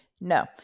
No